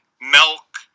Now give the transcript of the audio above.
milk